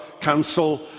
council